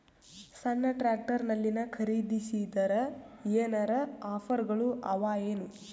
ಸಣ್ಣ ಟ್ರ್ಯಾಕ್ಟರ್ನಲ್ಲಿನ ಖರದಿಸಿದರ ಏನರ ಆಫರ್ ಗಳು ಅವಾಯೇನು?